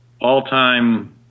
all-time